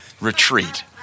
retreat